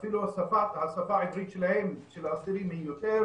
אפילו השפה העברית של האסירים היא יותר